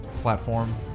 platform